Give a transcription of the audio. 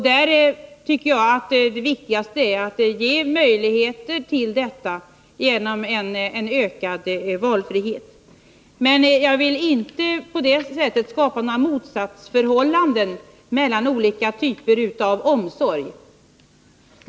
Det viktigaste är att ge möjligheter till detta genom en ökad valfrihet. Jag vill inte skapa några motsatsförhållanden mellan olika typer av omsorg.